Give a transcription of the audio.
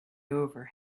over